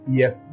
yes